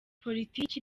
politiki